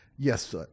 Yes